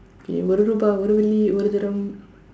K ஒரு ரூபாய் ஒரு வெள்ளி ஒரு தரம்: oru ruupaay oru velli oru tharam